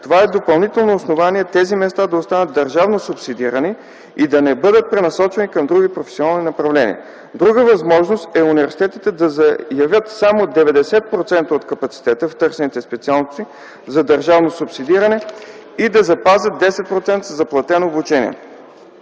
Това е допълнително основание тези места да останат държавно субсидирани и да не бъдат пренасочвани към други професионални направления. Друга възможност е университетите да заявят само 90% от капацитета в търсените специалности за държавно субсидиране и да запазят 10% за платено обучение.